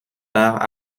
par